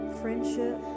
friendship